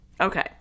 Okay